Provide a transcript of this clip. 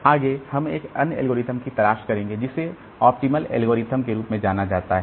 आगे हम एक अन्य एल्गोरिदम की तलाश करेंगे जिसे ऑप्टिमल ऐल्गरिदम के रूप में जाना जाता है